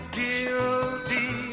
guilty